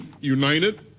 united